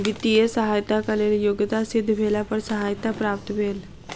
वित्तीय सहयताक लेल योग्यता सिद्ध भेला पर सहायता प्राप्त भेल